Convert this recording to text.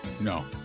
no